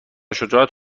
شجاعت